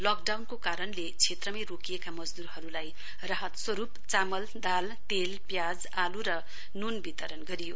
लकडाउनको कारणले क्षेत्रमै रोकिएका मजदूरहरूलाई राहत स्वरूप चामल दाल तेल प्याज आलू र नून वितरण गरियो